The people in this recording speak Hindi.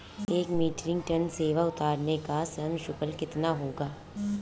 एक मीट्रिक टन सेव उतारने का श्रम शुल्क कितना होगा?